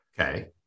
Okay